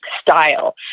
style